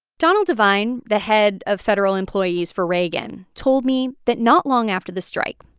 donald devine, the head of federal employees for reagan, told me that not long after the strike,